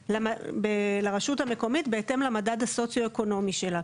לרשות המקומית בהתאם למדד הסוציואקונומי שלה.